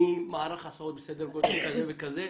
ממערך הסעות בסדר גודל כזה וכזה,